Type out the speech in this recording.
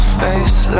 face